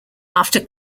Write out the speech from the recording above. after